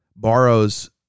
borrows